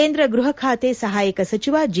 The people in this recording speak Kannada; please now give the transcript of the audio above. ಕೇಂದ್ರ ಗೃಹ ಖಾತೆ ಸಹಾಯಕ ಸಚಿವ ಜಿ